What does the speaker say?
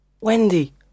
Wendy